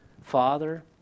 father